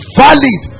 valid